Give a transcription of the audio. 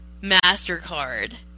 MasterCard